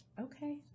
okay